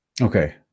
Okay